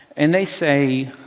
and they say,